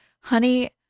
honey